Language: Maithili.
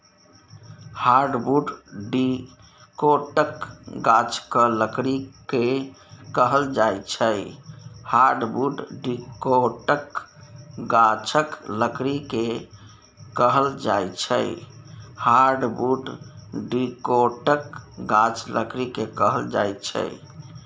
हार्डबुड डिकौटक गाछक लकड़ी केँ कहल जाइ छै